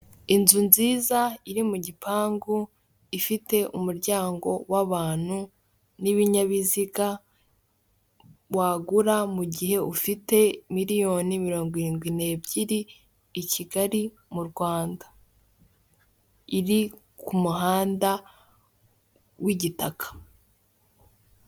Inzu nziza iri mu gipangu, ifite umuryango w'abantu n'ibinyabiziga, wagura mu gihe ufite miliyoni mirongo irindwi n'ebyiri i Kigali mu Rwanda, iri ku muhanda w'igitaka.